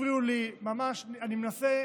הפריעו לי, ממש אני מנסה בקצרה.